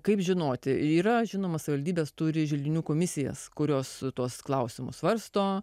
kaip žinoti yra žinoma savivaldybės turi želdinių komisijas kurios tuos klausimus svarsto